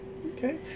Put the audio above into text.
Okay